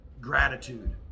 gratitude